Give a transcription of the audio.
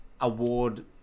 award